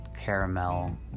caramel